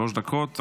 שלוש דקות,